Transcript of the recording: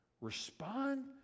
Respond